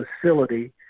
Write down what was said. facility